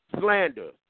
slander